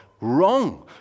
Wrong